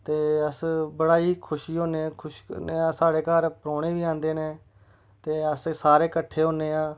ते अस बड़ा ही खुशी होनेआं खुश होन्ने साढ़े घर परौहने बी आंदे ने ते अस सारे कट्ठे होन्ने आं